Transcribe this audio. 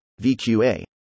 VQA